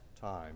time